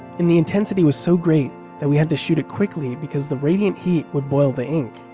and the intensity was so great that we had to shoot it quickly because the radiant heat would boil the ink.